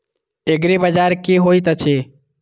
एग्रीबाजार की होइत अछि?